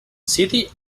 city